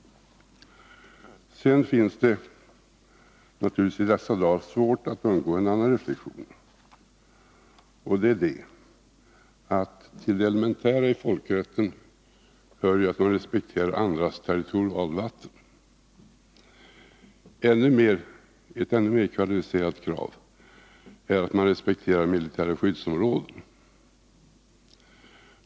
Sedan är det naturligtvis i dessa dagar svårt att undgå en annan reflexion. Till det elementära i folkrätten hör ju att man respekterar andras territorialvatten. Ett ännu mer kvalificerat krav är att man respekterar militära skyddsområden.